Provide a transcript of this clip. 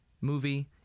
movie